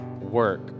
work